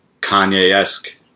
Kanye-esque